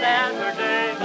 Saturday